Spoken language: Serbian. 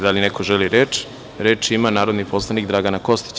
Da li neko želi reč? (Da) Reč ima narodni poslanik Dragana Kostić.